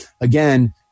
again